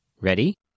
Ready